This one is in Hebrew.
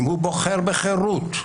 אם הוא בוחר בחירות,